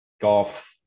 Golf